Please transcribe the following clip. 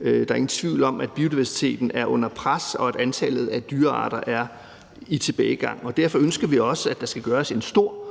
Der er ingen tvivl om, at biodiversiteten er under pres, og at antallet af dyrearter er i tilbagegang. Derfor ønsker vi også, at der skal gøres en stor,